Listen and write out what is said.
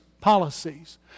policies